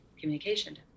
communication